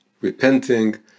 repenting